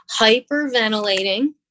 hyperventilating